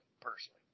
personally